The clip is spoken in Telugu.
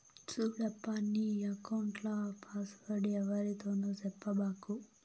సూడప్పా, నీ ఎక్కౌంట్ల పాస్వర్డ్ ఎవ్వరితోనూ సెప్పబాకు